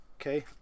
Okay